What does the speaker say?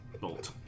bolt